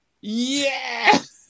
yes